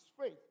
faith